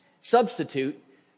substitute